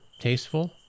tasteful